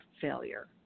failure